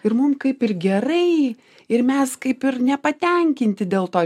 ir mum kaip ir gerai ir mes kaip ir nepatenkinti dėl to